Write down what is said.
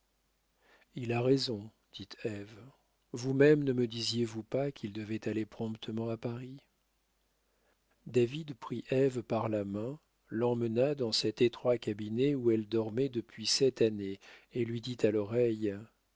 il a raison dit ève vous-même ne me disiez-vous pas qu'il devait aller promptement à paris david prit ève par la main l'emmena dans cet étroit cabinet où elle dormait depuis sept années et lui dit à l'oreille